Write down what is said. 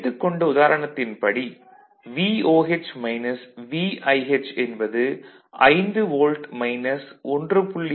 நாம் எடுத்துக் கொண்ட உதாரணத்தின் படி VOH மைனஸ் VIH என்பது 5 வோல்ட் மைனஸ் 1